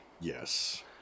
Yes